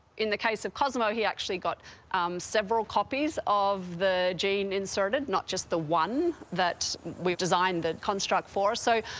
in the case of cosmo, he actually got several copies of the gene inserted, not just the one that we designed the construct for. so,